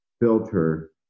filter